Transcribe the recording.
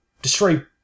Destroy